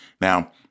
Now